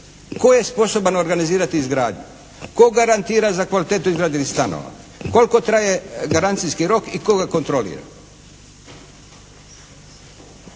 Tko je sposoban organizirati izgradnju? Tko garantira za kvalitetu izgrađenih stanova? Koliko traje garancijski rok i tko ga kontrolira?